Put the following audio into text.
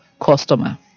customer